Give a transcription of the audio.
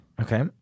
Okay